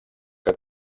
que